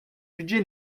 budget